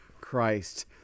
Christ